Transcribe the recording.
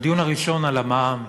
בדיון הראשון על המע"מ,